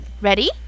Ready